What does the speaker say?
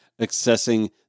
accessing